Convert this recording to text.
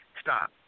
stop